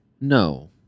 No